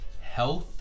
health